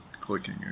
Clicking